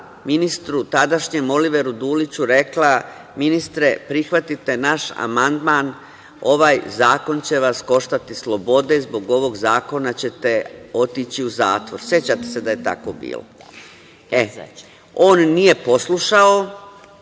ministru, tadašnjem, Oliveru Duliću rekla – ministre, prihvatite naš amandman, ovaj zakon će vas koštati slobode, zbog ovog zakona ćete otići u zatvor. Sećate se da je tako bilo? On nije poslušao